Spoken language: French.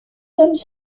hommes